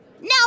No